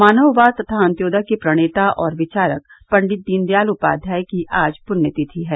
मानववाद तथा अन्त्योदय के प्रणेता और विचारक पंडित दीनदयाल उपाध्याय की आज पृण्यतिथि है